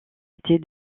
était